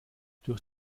durch